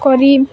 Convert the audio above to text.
କରି